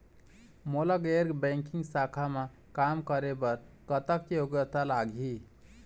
मोला गैर बैंकिंग शाखा मा काम करे बर कतक योग्यता लगही?